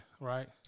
right